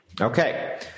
Okay